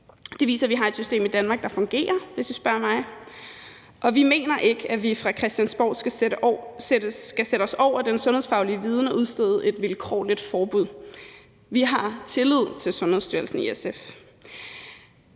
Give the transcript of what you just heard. Det viser, at vi har et system i Danmark, der fungerer, hvis I spørger mig. Og vi mener ikke, at vi fra Christiansborg skal sætte os over den sundhedsfaglige viden og udstede et vilkårligt forbud. Vi har tillid til Sundhedsstyrelsen i SF.